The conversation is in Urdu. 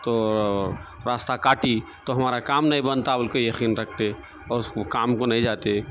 تو راستہ کاٹی تو ہمارا کام نہیں بنتا بول کے یقین رکھتے اور اس کو کام کو نہیں جاتے